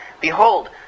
behold